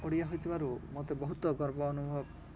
ଓଡ଼ିଆ ହୋଇଥିବାରୁ ମତେ ବହୁତ ଗର୍ବ ଅନୁଭବ